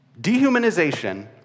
dehumanization